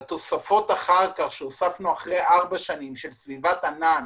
עם התוספות שהוספנו אחרי ארבע שנים של סביבת ענן